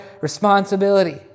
responsibility